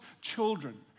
children